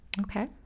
Okay